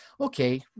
okay